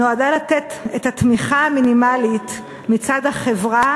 נועדה לתת את התמיכה המינימלית מצד החברה